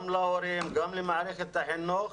גם להורים וגם למערכת החינוך,